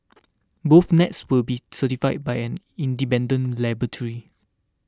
both nets will be certified by an independent laboratory